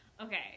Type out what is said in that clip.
Okay